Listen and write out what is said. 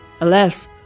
Alas